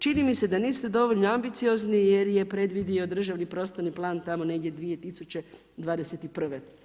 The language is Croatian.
Čini mi se da niste dovoljno ambiciozni jer je predvidio državni prostorni plan tamo negdje 2021.